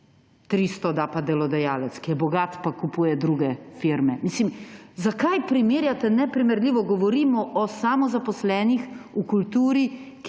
300 da pa delodajalec, ki je bogat pa kupuje druge firme. Mislim, zakaj primerjate neprimerljivo! Govorimo o samozaposlenih v kulturi,